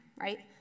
right